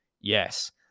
Yes